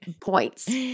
points